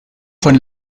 von